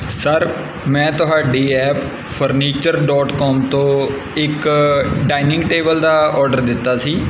sir ਮੈਂ ਤੁਹਾਡੀ app furniture dot com ਤੋਂ ਇੱਕ ਡਾਇਨਿੰਗ ਟੇਬਲ ਦਾ ਔਡਰ ਦਿੱਤਾ ਸੀ